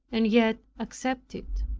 and yet accepted it.